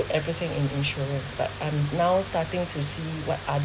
everything in insurances but I'm now starting to see what other